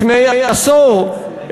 לפני עשור,